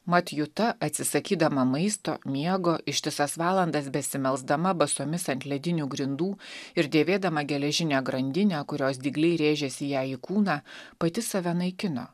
mat juta atsisakydama maisto miego ištisas valandas besimelsdama basomis ant ledinių grindų ir dėvėdama geležinę grandinę kurios dygliai rėžėsi jai į kūną pati save naikino